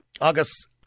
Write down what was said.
August